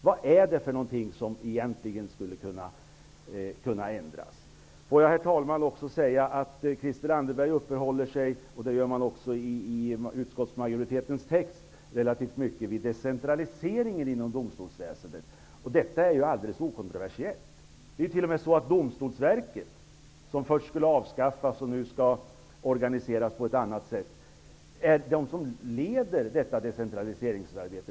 Vad är det som egentligen skulle kunna ändras? Herr talman! Låt mig också säga att Christel Anderberg uppehåller sig relativt mycket vid decentraliseringen inom domstolsväsendet. Det gör man också i utskottsmajoritetens text. Detta är ju alldeles okontroversiellt. Det är t.o.m. så att Domstolsverket, som först skulle avskaffas och nu skall organiseras på ett annat sätt, leder detta decentraliseringsarbete.